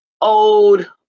old